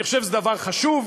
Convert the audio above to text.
אני חושב שזה דבר חשוב.